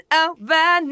over